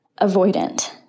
avoidant